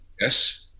Yes